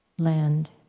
land